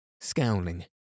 scowling